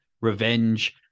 revenge